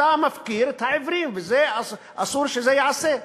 אתה מפקיר את העיוורים, ואסור שזה ייעשה.